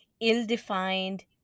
ill-defined